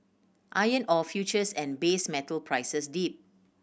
iron ore futures and base metal prices dipped